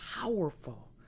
powerful